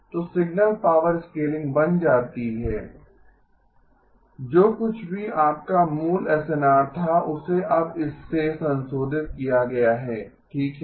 तो signal power scaling बन जाती है जो कुछ भी आपका मूल एसएनआर था उसे अब इससे संशोधित किया गया है ठीक है